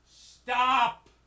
Stop